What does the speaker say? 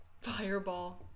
Fireball